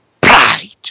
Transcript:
pride